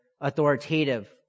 authoritative